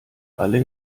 alle